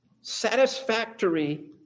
satisfactory